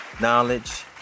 knowledge